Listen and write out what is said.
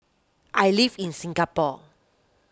I live in Singapore